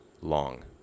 long